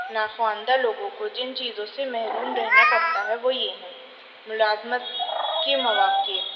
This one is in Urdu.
ناخواندہ لوگوں کو جن چیزوں سے محروم رہنا پڑتا ہے وہ یہ ہیں ملازمت کے مواقع